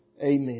Amen